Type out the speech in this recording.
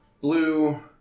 blue